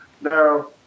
Now